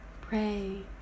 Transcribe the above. pray